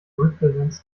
represents